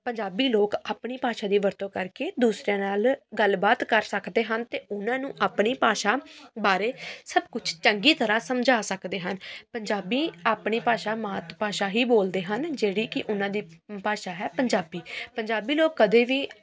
ਪੰਜਾਬੀ ਲੋਕ ਆਪਣੀ ਭਾਸ਼ਾ ਦੀ ਵਰਤੋਂ ਕਰਕੇ ਦੂਸਰਿਆਂ ਨਾਲ ਗੱਲ ਬਾਤ ਕਰ ਸਕਦੇ ਹਨ ਅਤੇ ਉਹਨਾਂ ਨੂੰ ਆਪਣੀ ਭਾਸ਼ਾ ਬਾਰੇ ਸਭ ਕੁਛ ਚੰਗੀ ਤਰ੍ਹਾਂ ਸਮਝਾ ਸਕਦੇ ਹਨ ਪੰਜਾਬੀ ਆਪਣੀ ਭਾਸ਼ਾ ਮਾਤ ਭਾਸ਼ਾ ਹੀ ਬੋਲਦੇ ਹਨ ਜਿਹੜੀ ਕਿ ਉਹਨਾਂ ਦੀ ਭਾਸ਼ਾ ਹੈ ਪੰਜਾਬੀ ਪੰਜਾਬੀ ਲੋਕ ਕਦੇ ਵੀ